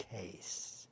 case